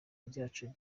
ryacu